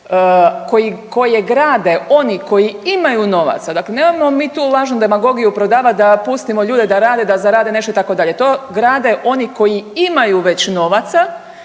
koje grade oni koji imaju novaca. Dakle, nemojmo mi tu lažnu demagogiju prodavati da pustimo ljude da rade da zarade nešto itd., to grade oni koji imaju već novaca